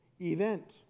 event